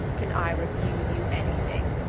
can i refuse you anything?